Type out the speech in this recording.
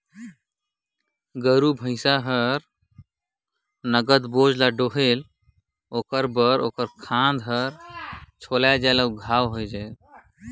बइला, भइसा मन हर ढेरे ओजन ल डोहथें त ओमन कर खांध में घलो घांव होये जाथे